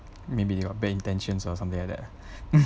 maybe they got bad intentions or something like that